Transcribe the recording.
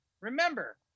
remember